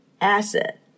asset